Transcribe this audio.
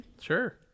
sure